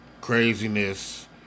Craziness